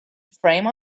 frame